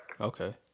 Okay